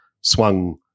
swung